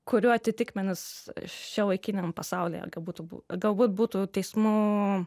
kurių atitikmenys šiuolaikiniam pasaulyje būtų galbūt būtų teismų